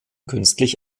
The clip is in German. künstlich